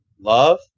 Love